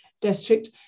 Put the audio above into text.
district